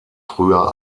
früher